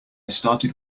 started